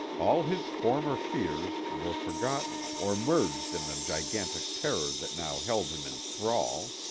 all his former fears were forgotten or merged in the gigantic terror that now held him in thrall.